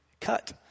cut